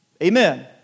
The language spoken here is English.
Amen